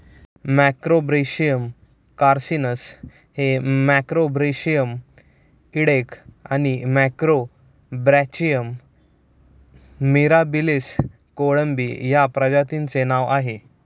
Macrobrachium carcinus हे macrobrachium इडेक आणि मॅक्रोब्रॅचियम मिराबिलिस कोळंबी या प्रजातींचे नाव आहे